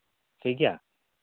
ᱴᱷᱤᱠᱜᱮᱭᱟ